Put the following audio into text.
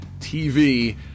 TV